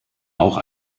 auch